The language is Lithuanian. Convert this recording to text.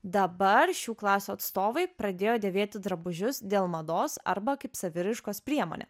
dabar šių klasių atstovai pradėjo dėvėti drabužius dėl mados arba kaip saviraiškos priemonę